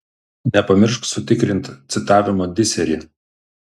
nepamiršk sutikrint citavimo disery